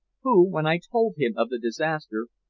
who, when i told him of the disaster,